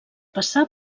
passar